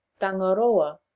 Tangaroa